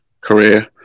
career